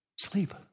sleep